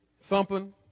Thumping